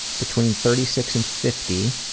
between thirty six and fifty.